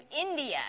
India